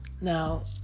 now